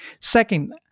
Second